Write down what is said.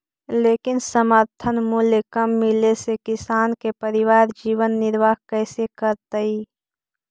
लेकिन समर्थन मूल्य कम मिले से किसान के परिवार जीवन निर्वाह कइसे करतइ?